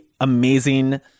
amazing